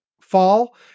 fall